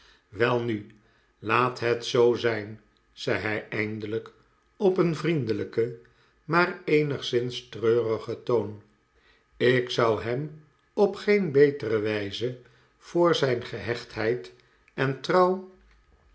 welnu laat het zoo zijn zei hij eindelijk op een vriendelijken maar eenigszins treurigen toon ik zou hem op geen betere wijze voor zijn gehechtheid en trouw